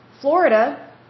Florida